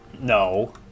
No